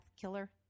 killer